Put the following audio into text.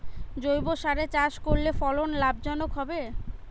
জৈবসারে চাষ করলে ফলন লাভজনক হবে?